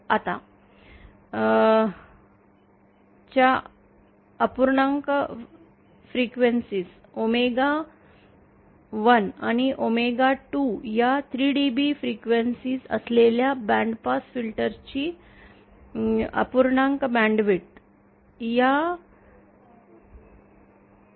आता च्या अपूर्णांक वारंवारताओमेगा 1 आणि ओमेगा 2 या 3 डीबी वारंवारता असलेल्या बॅन्डपास फिल्टरची अपूर्णांक बँडविड्थ या समीकरणाद्वारे दिली जाते